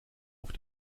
auf